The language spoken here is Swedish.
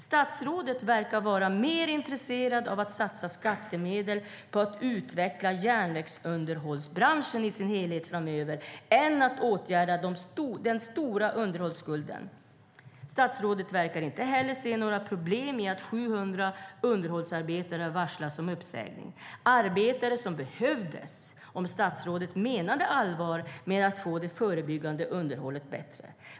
Statsrådet verkar vara mer intresserad av att satsa skattemedel på att utveckla järnvägsunderhållsbranschen i sin helhet framöver än att åtgärda den stora underhållsskulden. Statsrådet verkar inte heller se några problem i att 700 underhållsarbetare varslas om uppsägning - arbetare som skulle behövas om statsrådet menade allvar med att göra det förebyggande underhållet bättre.